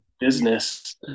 business